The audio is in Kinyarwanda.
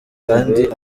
kandi